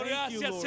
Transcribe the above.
Gracias